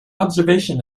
observation